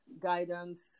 guidance